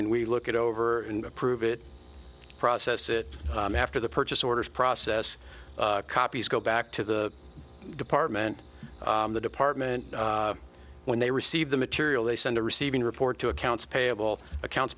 and we look it over and approve it process it after the purchase orders process copies go back to the department the department when they receive the material they send a receiving report to accounts payable accounts